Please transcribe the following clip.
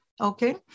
Okay